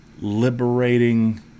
liberating